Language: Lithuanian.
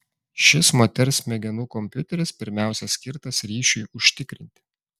šis moters smegenų kompiuteris pirmiausia skirtas ryšiui užtikrinti